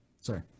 sorry